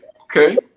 Okay